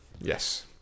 Yes